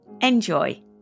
Enjoy